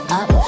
up